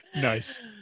nice